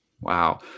Wow